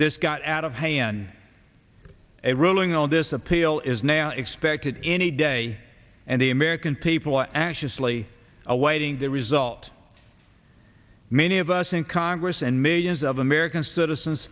this got out of hand a ruling on this appeal is now expected any day and the american people actually slee awaiting the result many of us in congress and millions of american citizens